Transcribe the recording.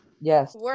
Yes